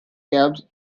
cabs